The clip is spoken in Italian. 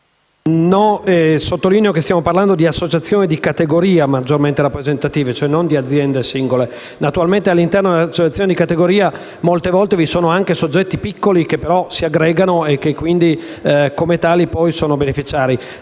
Sottolineo che stiamo parlando di associazioni di categoria maggiormente rappresentative, non di aziende singole. Naturalmente, all’interno delle associazioni di categoria molte volte vi sono anche soggetti piccoli, che però si aggregano e che quindi, come tali, poi sono beneficiari.